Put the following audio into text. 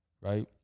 Right